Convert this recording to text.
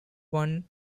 one